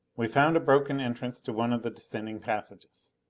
we found a broken entrance to one of the descending passages.